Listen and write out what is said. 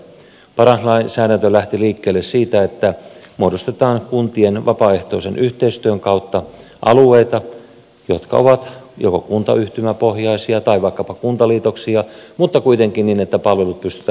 paras lainsäädäntö lähti liikkeelle siitä että muodostetaan kuntien vapaaehtoisen yhteistyön kautta alueita jotka ovat joko kuntayhtymäpohjaisia tai vaikkapa kuntaliitoksia mutta kuitenkin niin että palvelut pystytään turvaamaan